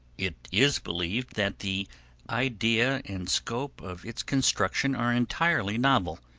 it is believed that the idea and scope of its construction are entirely novel,